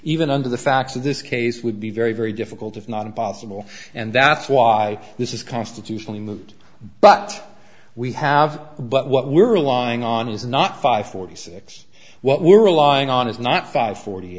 even under the facts of this case would be very very difficult if not impossible and that's why this is constitutionally moot but we have but what we're allowing on is not five forty six what we're relying on is not five forty